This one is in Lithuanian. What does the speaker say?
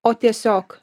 o tiesiog